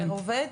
פר עובד?